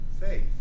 faith